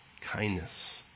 kindness